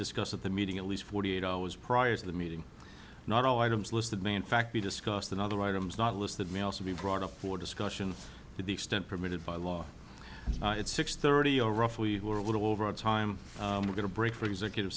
discussed at the meeting at least forty eight hours prior to the meeting not zero items listed may in fact be discussed and other items not listed may also be brought up for discussion to the extent permitted by law it's six thirty or roughly who are a little over a time to get a break for executive